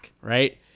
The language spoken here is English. right